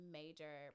major